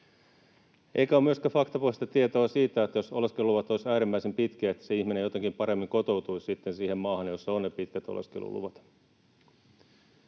Eikä ole myöskään faktapohjaista tietoa siitä, että jos oleskeluluvat olisivat äärimmäisen pitkiä, niin se ihminen jotenkin paremmin kotoutuisi sitten siihen maahan, jossa on ne pitkät oleskeluluvat.